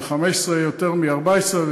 ב-2015 יותר מ-2014,